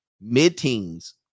mid-teens